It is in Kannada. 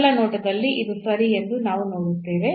ಮೊದಲ ನೋಟದಲ್ಲಿ ಇದು ಸರಿ ಎಂದು ನಾವು ನೋಡುತ್ತೇವೆ